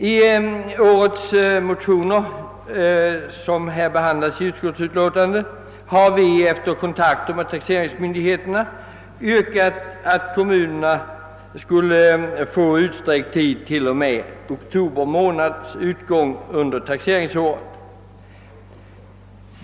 I årets motioner har vi efter kontakter med taxeringsmyndigheterna yrkat att besvärstiden för kommunerna utsträcks till och med oktober månad under taxeringsåret.